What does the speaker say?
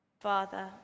Father